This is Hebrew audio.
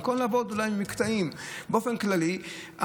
במקום אולי לעבוד במקטעים באופן כללי,